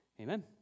Amen